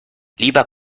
lieber